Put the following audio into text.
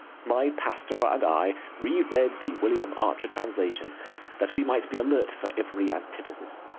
my pastor and i reread the william archer translation that we might be alert for every antithesis.